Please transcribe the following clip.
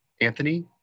anthony